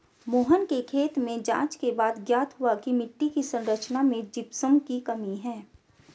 मोहन के खेत में जांच के बाद ज्ञात हुआ की मिट्टी की संरचना में जिप्सम की कमी है